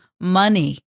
money